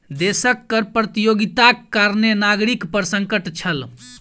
देशक कर प्रतियोगिताक कारणें नागरिक पर संकट छल